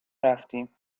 رفتیم